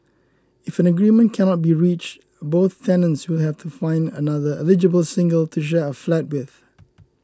if an agreement cannot be reached both tenants will have to find another eligible single to share a flat with